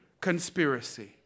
conspiracy